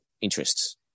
interests